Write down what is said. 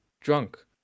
drunk